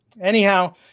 anyhow